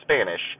Spanish